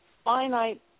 Finite